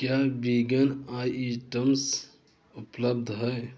क्या vegan items उपलब्ध हैं